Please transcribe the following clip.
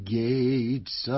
gates